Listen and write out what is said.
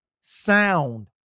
sound